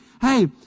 hey